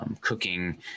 cooking